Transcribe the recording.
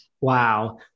Wow